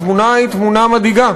התמונה היא תמונה מדאיגה.